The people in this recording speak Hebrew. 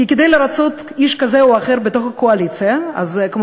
כי כדי לרצות איש כזה או אחר בתוך הקואליציה מובן